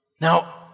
Now